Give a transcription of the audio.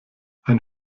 ein